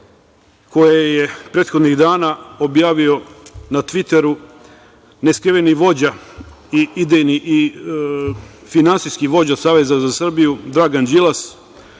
koje je prethodnih dana objavio na tviteru neskriveni vođa i finansijski vođa Saveza za Srbiju Dragan Đilas,